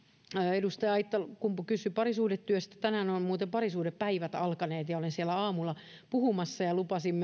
edustaja aittakumpu kysyi parisuhdetyöstä tänään ovat muuten parisuhdepäivät alkaneet olin siellä aamulla puhumassa ja lupasin